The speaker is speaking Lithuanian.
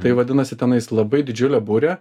tai vadinasi tenais labai didžiulė burė